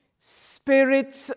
Spirit